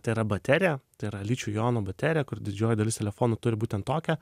tai yra baterija tai yra ličio jono baterija kur didžioji dalis telefonų turi būtent tokią